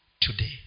today